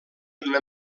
una